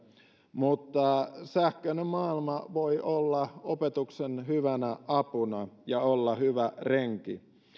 mutta sähköinen maailma voi olla opetuksen hyvänä apuna ja olla hyvä renki